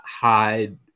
hide